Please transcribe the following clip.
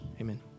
Amen